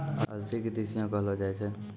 अलसी के तीसियो कहलो जाय छै